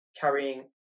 carrying